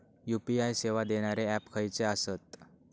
UPI सेवा देणारे app खयचे आसत?